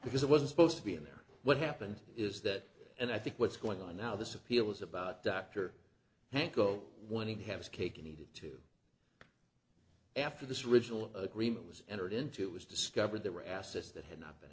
because it wasn't supposed to be in there what happened is that and i think what's going on now this appeal is about dr hanko wanting to have cake and eat it too after this regional agreement was entered into it was discovered there were assets that had not been